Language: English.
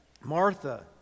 Martha